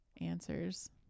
answers